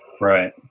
Right